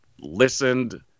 listened